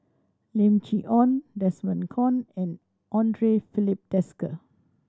Lim Chee Onn Desmond Kon and Andre Filipe Desker